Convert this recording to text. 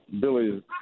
Billy